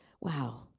wow